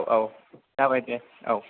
औ औ जाबाय दे औ औ